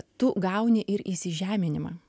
tu gauni ir įsižeminimą